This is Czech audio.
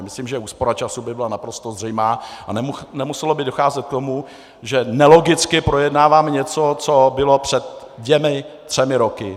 Myslím, že úspora času by byla naprosto zřejmá a nemuselo by docházet k tomu, že nelogicky projednáváme něco, co bylo před dvěma třemi roky.